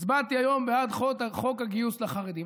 "הצבעתי היום בעד חוק הגיוס לחרדים".